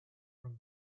from